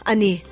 Ani